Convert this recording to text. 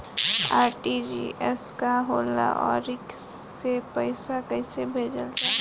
RTGS का होला आउरओ से पईसा कइसे भेजल जला?